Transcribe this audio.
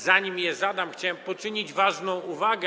Zanim je zadam, chciałem poczynić ważną uwagę.